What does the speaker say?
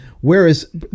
whereas